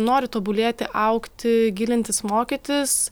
nori tobulėti augti gilintis mokytis